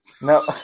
No